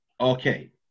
Okay